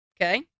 okay